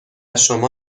شما